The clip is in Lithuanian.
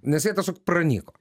nes jie tiesiog pranyko